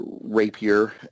rapier